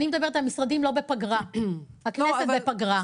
אני מדברת על המשרדים שהם לא בפגרה, הכנסת בפגרה.